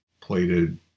plated